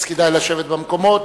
אז כדאי לשבת במקומות.